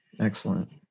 Excellent